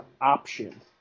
option